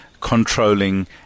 controlling